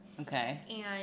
okay